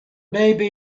maybe